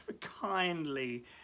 kindly